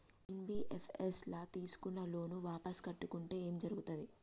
NBFS ల తీస్కున్న loan వాపస్ కట్టకుంటే ఏం జర్గుతది?